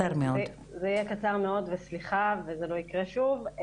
זה יהיה קצר מאוד, וסליחה וזה לא יקרה שוב.